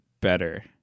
better